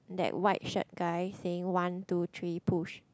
that white shirt guy saying one two three push